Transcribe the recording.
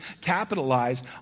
capitalize